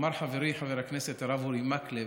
אמר חברי חבר הכנסת הרב אורי מקלב